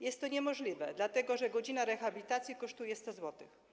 Jest to niemożliwe, dlatego że godzina rehabilitacji kosztuje 100 zł.